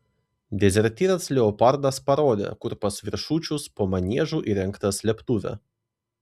dezertyras leopardas parodė kur pas viršučius po maniežu įrengta slėptuvė